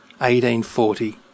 1840